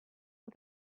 for